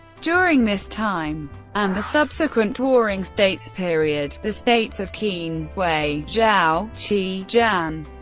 during this time and the subsequent warring states period, the states of qin, wei, zhao, qi, yan,